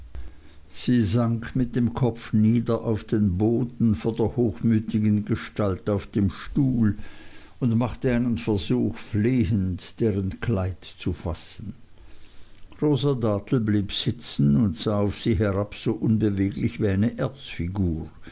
sie sank mit dem kopf nieder auf den boden vor der hochmütigen gestalt auf dem stuhl und machte einen versuch flehend deren kleid zu fassen rosa dartle blieb sitzen und sah auf sie herab so unbeweglich wie eine